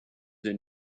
and